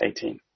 18